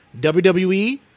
WWE